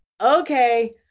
Okay